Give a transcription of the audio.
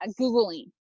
googling